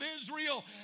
Israel